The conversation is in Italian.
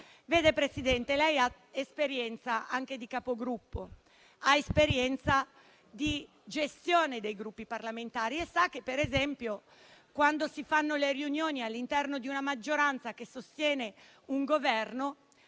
eletti. Presidente, lei ha esperienza anche di Capogruppo e di gestione dei gruppi parlamentari e sa che, per esempio, quando si fanno le riunioni all'interno di una maggioranza che sostiene un Governo